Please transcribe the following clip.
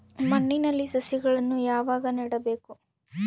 ಮಣ್ಣಿನಲ್ಲಿ ಸಸಿಗಳನ್ನು ಯಾವಾಗ ನೆಡಬೇಕು?